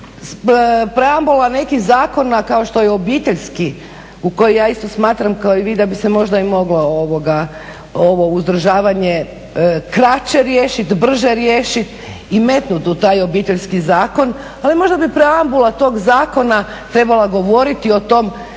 Preambula nekih zakona kao što je Obiteljski u koji ja isto smatram kao i vi da bi se možda i moglo ovo uzdržavanje kraće riješiti, brže riješiti i metnuti u taj Obiteljski zakon, ali možda bi preambula toga zakona trebala govoriti o toj